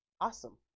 Awesome